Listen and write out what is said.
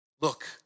Look